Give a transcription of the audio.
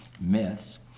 myths